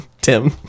tim